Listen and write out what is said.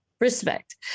respect